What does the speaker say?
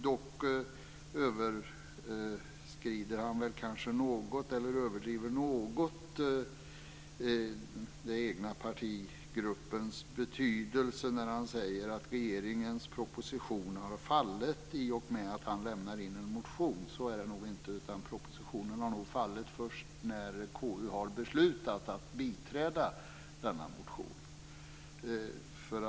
Dock överdriver han väl något den egna partigruppens betydelse när han säger att regeringens proposition har fallit i och med att han lämnar in en motion. Men så är det nog inte, utan propositionen har nog fallit först när KU har beslutat att biträda motionen.